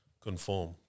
conform